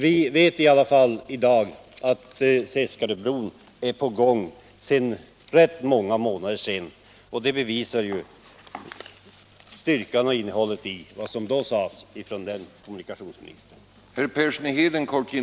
Vi vet i alla fall i dag att arbetet med Seskaröbron är på gång sedan rätt många månader, och det bevisar ju styrkan och innehållet i vad som då sades av den kommunikationsministern.